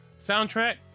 Soundtrack